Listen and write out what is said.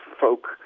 folk